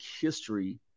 history